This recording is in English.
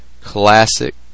Classic